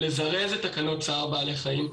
לזרז את תקנות צער בעלי חיים.